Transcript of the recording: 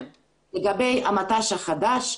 לגבי המט"ש החדש,